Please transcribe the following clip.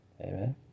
Amen